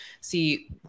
see